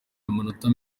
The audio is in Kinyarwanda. amanota